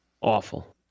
Awful